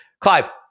Clive